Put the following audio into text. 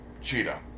Cheetah